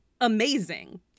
amazing